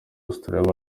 australia